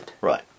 right